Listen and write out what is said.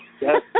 Yes